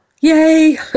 Yay